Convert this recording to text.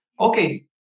okay